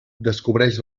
descobreix